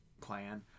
plan